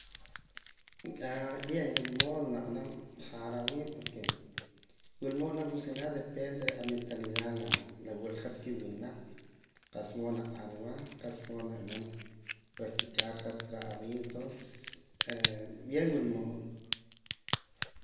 Bien wila mood na b'anam porque wula mood nrib'anam funcionar depende reh amentalidad la wula hat kiwinaq qa'sa mood na q'arwa qa'sa mood na b'anam practicar hat reh a verso entonces bien wula mood.